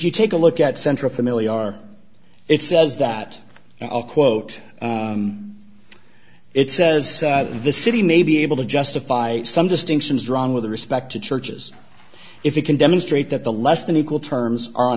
you take a look at central familiar it says that i'll quote it says the city may be able to justify some distinctions drawn with respect to churches if you can demonstrate that the less than equal terms